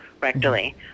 rectally